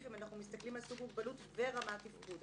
אם אנחנו מסתכלים על סוג מוגבלות ורמת תפקוד?